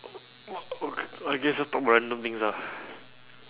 okay let's just talk about random things ah